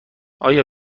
آیا